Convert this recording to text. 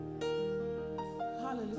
Hallelujah